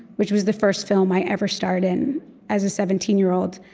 which was the first film i ever starred in as a seventeen year old.